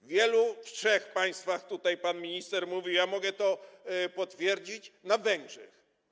W wielu... w trzech państwach, tutaj pan minister mówił, ja mogę to potwierdzić: na Węgrzech.